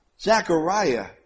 Zechariah